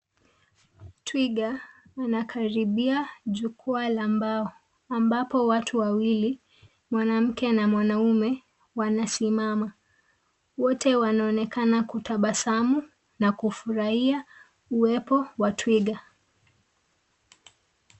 Twiga anakaribia jukwaa la mbao ambapo watu wawili, mwanamke na mwanaume wanasimama. Wote wanaonekana kutabasamu na kufurahia uwepo wa twiga.